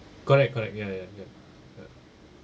correct correct ya ya ya ya